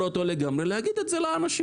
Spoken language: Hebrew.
אותו לגמרי צריך להגיד את זה לאנשים.